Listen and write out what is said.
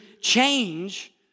change